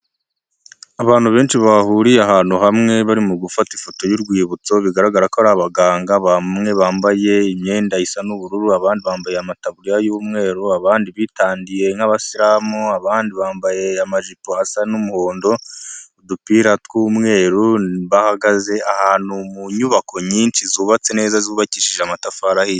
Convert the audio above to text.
Abantu benshi bahuriye ahantu hamwe barimo gufata ifoto y'urwibutso bigaragara ko ari abaganga, bamwe bambaye imyenda isa n'ubururu, abandi bambaye amataburiya y'umweru, abandi bitandiye nk'abasiramu, abandi bambaye amajipo asa n'umuhondo, udupira tw'umweru, bahagaze ahantu mu nyubako nyinshi zubatse neza zubakishije amatafari ahiy.